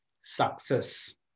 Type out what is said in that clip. success